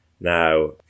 now